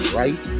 right